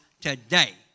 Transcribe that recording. today